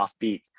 offbeat